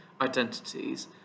identities